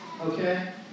Okay